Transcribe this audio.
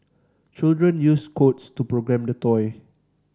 children used codes to program the toy